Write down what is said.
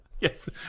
Yes